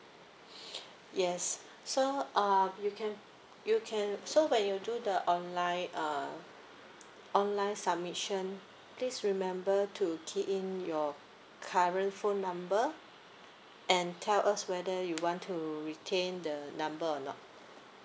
yes so uh you can you can so when you do the online uh online submission please remember to key in your current phone number and tell us whether you want to retain the number or not